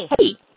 Hey